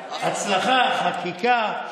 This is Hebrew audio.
הצלחה, חקיקה.